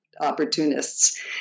opportunists